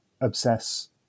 obsess